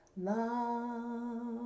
love